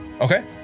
Okay